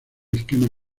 esquema